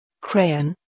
crayon